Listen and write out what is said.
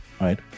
right